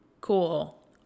Cool